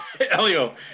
Elio